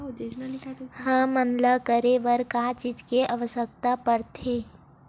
हमन ला करे बर का चीज के आवश्कता परथे?